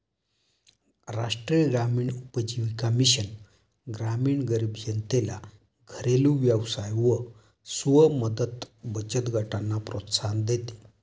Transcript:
राष्ट्रीय ग्रामीण उपजीविका मिशन ग्रामीण गरीब जनतेला घरेलु व्यवसाय व स्व मदत बचत गटांना प्रोत्साहन देते